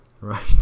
Right